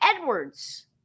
Edwards